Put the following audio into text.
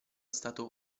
stato